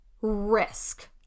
risk